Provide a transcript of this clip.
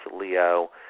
leo